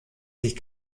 sich